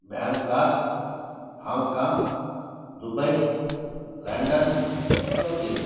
Bangkok Hong Kong Dubai London Tokyo